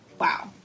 Wow